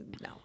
no